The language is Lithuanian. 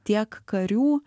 tiek karių